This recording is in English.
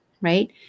right